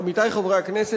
עמיתי חברי הכנסת,